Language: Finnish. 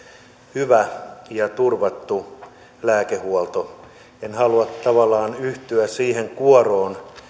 hyvä ja turvattu lääkehuolto en halua tavallaan yhtyä siihen kuoroon